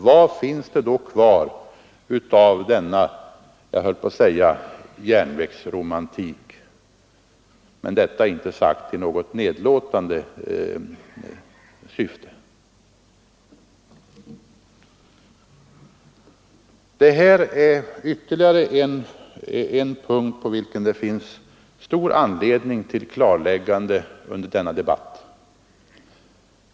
Vad finns det då kvar av denna järnvägsromantik? Detta är inte sagt i något nedlåtande syfte. Det här är ytterligare en punkt på vilken det finns stor anledning till klarläggande under denna debatt.